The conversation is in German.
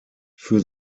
für